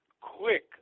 quick